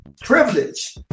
privilege